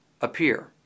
appear